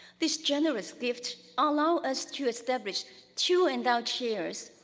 this generous gift allow us to establish two endowed chairs.